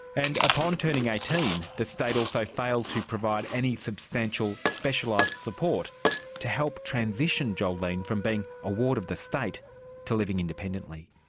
and upon turning eighteen, the state also failed to provide any substantial specialised support to help transition jolene from being a ward of the state to living independently.